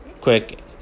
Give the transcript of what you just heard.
Quick